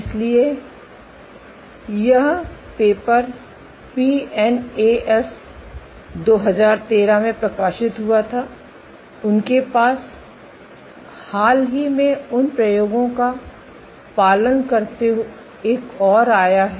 इसलिए यह paper PNAS 2013 में प्रकाशित हुआ था उनके पास हाल ही में उन प्रयोगों का पालन करते एक और आया है